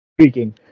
speaking